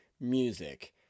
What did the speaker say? music